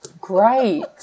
Great